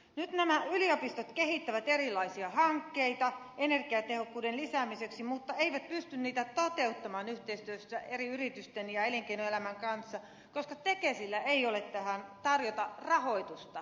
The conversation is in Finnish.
nyt nämä yliopistot kehittävät erilaisia hankkeita energiatehokkuuden lisäämiseksi mutta eivät pysty niitä toteuttamaan yhteistyössä eri yritysten ja elinkeinoelämän kanssa koska tekesillä ei ole tähän turvata rahoitusta